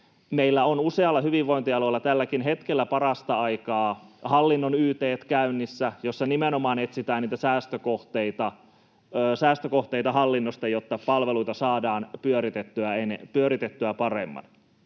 Meillä on usealla hyvinvointialueella tälläkin hetkellä parasta aikaa käynnissä hallinnon yt:t, joissa nimenomaan etsitään niitä säästökohteita, säästökohteita hallinnosta, jotta palveluita saadaan pyöritettyä paremmin.